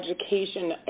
education